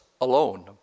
alone